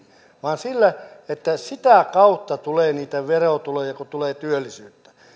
vaan sillä että sitä kautta tulee niitä verotuloja kun tulee työllisyyttä